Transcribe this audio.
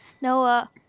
Noah